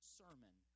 sermon